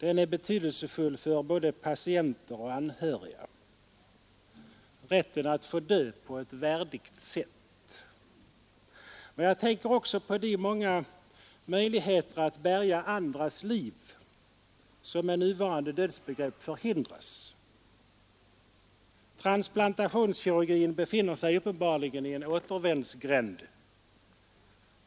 Rätten att få dö på ett värdigt sätt är betydelsefull för både patienter och anhöriga. Jag tänker också på de många möjligheter att bärga andras liv som med nuvarande dödsbegrepp förhindras. Transplantationskirurgin befinner sig uppenbarligen i en återvändsgränd.